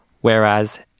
Whereas